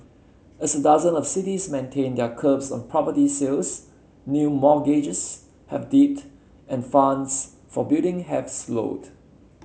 as dozen of cities maintain their curbs on property sales new mortgages have dipped and funds for building have slowed